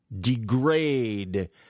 Degrade